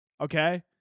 Okay